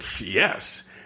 Yes